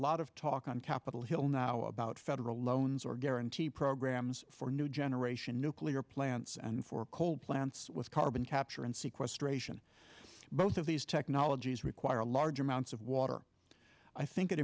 lot of talk on capitol hill now about federal loans or guarantee programs for new generation nuclear plants and for coal plants with carbon capture and sequestration both of these technologies require large amounts of water i think